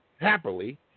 happily